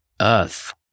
Earth